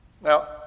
Now